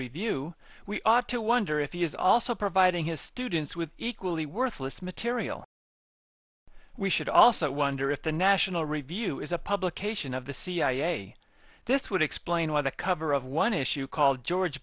review we ought to wonder if he is also providing his students with equally worthless material we should also wonder if the national review is a publication of the cia this would explain why the cover of one issue called george